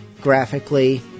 graphically